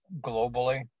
globally